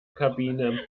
kabine